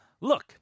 look